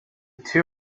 two